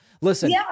Listen